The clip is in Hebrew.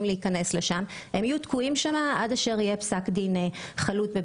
הם יהיו תקועים שם עד להגעת פסק דין חלוט.